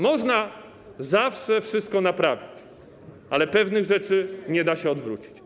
Można zawsze wszystko naprawić, ale pewnych rzeczy nie da się odwrócić.